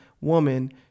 woman